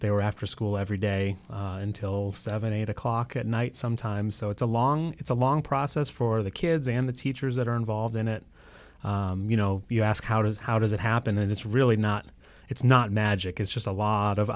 they were after school every day until seventy eight o'clock at night sometimes so it's a long it's a long process for the kids and the teachers that are involved in it you know you ask how does how does it happen and it's really not it's not magic it's just a lot of